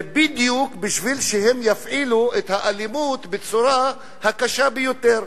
זה בדיוק כדי שהם יפעילו את האלימות בצורה הקשה ביותר,